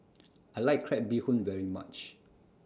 I like Crab Bee Hoon very much